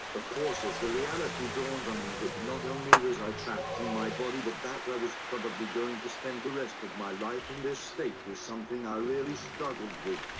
of course as the reality dawned on me that not only was i trapped in my body but that i was probably going to spend the rest of my life in this state was something i really struggled with.